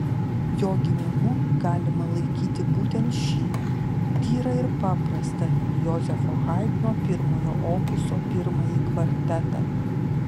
jo gimimu galima laikyti būtent šį tyrą ir paprastą jozefo haidno pirmojo opuso pirmąjį kvartetą